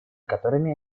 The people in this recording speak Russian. которыми